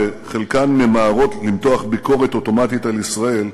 שחלקן ממהרות למתוח ביקורת אוטומטית על ישראל,